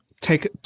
take